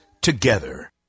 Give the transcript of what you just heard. together